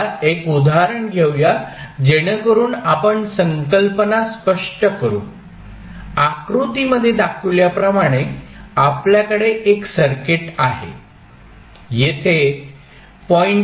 आता एक उदाहरण घेऊया जेणेकरुन आपण संकल्पना स्पष्ट करू आकृतीमध्ये दाखविल्याप्रमाणे आपल्याकडे एक सर्किट आहे येथे 0